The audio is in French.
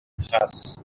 traces